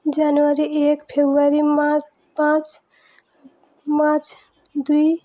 ଜାନୁଆରୀ ଏକ ଫେବୃଆରୀ ପାଞ୍ଚ ମାର୍ଚ୍ଚ ଦୁଇ